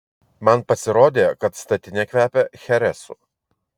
man pasirodė kad statinė kvepia cheresu